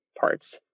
parts